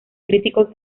críticos